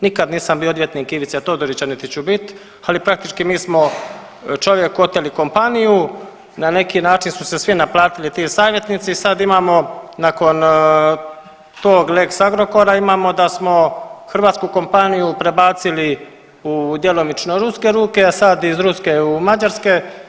Nikad nisam bio odvjetnik Ivice Todorića, niti ću bit, ali praktički mi smo čovjeku oteli kompaniju, na neki način su se svi naplatili ti savjetnici i sad imamo nakon tog lex Agrokora imamo da smo hrvatsku kompaniju prebacili u djelomično ruske ruke, a sad iz ruske u mađarske.